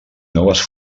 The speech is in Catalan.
noves